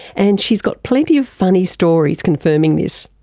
and she's got plenty of funny stories confirming this.